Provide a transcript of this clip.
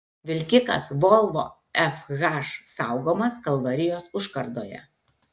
vilkikas volvo fh saugomas kalvarijos užkardoje